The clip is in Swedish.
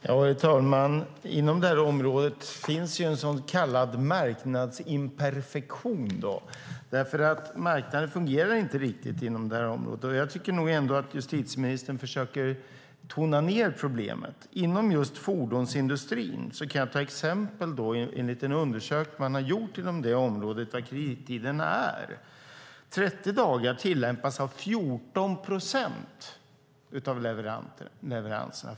Herr talman! Inom det här området finns ju en så kallad marknadsimperfektion. Marknaden fungerar inte riktigt inom det här området, och jag tycker nog att justitieministern försöker tona ned problemet. När det gäller fordonsindustrin kan jag ta några exempel enligt en undersökning som gjorts av kredittiderna inom området. 30 dagar tillämpas av 14 procent av leveranserna.